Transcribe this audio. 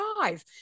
five